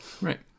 right